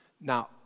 Now